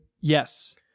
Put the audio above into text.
Yes